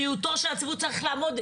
בריאותו של הציבור צריך לעמוד,